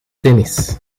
tennis